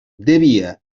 devia